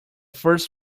first